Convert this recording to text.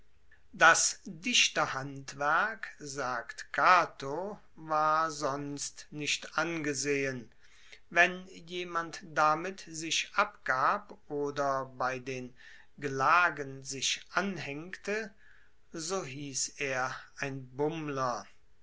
das dichterhandwerk sagt cato war sonst nicht angesehen wenn jemand damit sich abgab oder bei den gelagen sich anhaengte so hiess er ein bummler